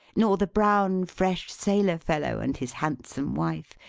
nor the brown, fresh sailor-fellow, and his handsome wife.